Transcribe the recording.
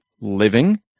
living